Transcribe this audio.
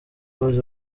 close